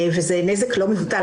וזה נזק לא מבוטל.